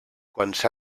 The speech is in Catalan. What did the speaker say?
quants